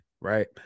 right